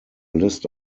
list